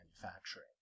manufacturing